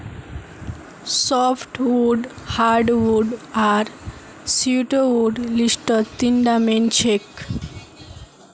softwood hardwood आर pseudowood लिस्टत तीनटा मेन छेक